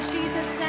Jesus